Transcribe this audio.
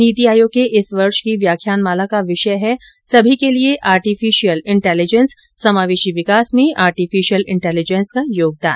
नीति आयोग के इस वर्ष की व्याख्यानमाला का विषय है सभी के लिए आर्टिफिशियल इंटेलिजेंस समावेशी विकास में आर्टिफिशियल इंटेलिजेंस का योगदान